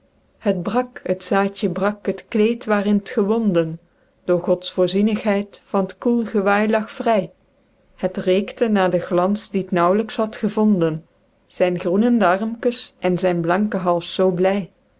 het brak het zaedje brak het kleed waerin t gewonden door gods voorzienigheid van t koel gewaei lag vry het reekte naer den glans dien t nauwlyks had gevonden zyn groenende armkes en zyn blanken hals zoo bly